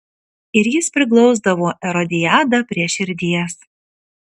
ir jis priglausdavo erodiadą prie širdies